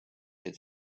had